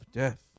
death